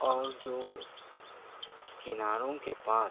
اور جو کناروں کے پاس